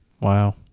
Wow